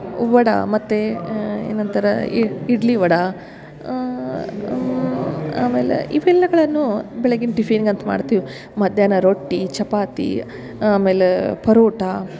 ವಡೆ ಮತ್ತು ಏನು ಅಂತರ ಇಡ್ಲಿ ವಡೆ ಆಮೇಲೆ ಇವೆಲ್ಲಗಳನ್ನು ಬೆಳಗ್ಗಿನ ಟಿಫಿನ್ಗೆ ಅಂತ ಮಾಡ್ತಿವಿ ಮಧ್ಯಾಹ್ನ ರೊಟ್ಟಿ ಚಪಾತಿ ಆಮೇಲೆ ಪರೋಟ